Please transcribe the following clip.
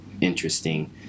interesting